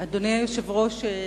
אדוני היושב-ראש,